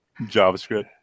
JavaScript